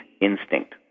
instinct